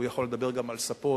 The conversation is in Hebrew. והוא יכול לדבר גם על ספות,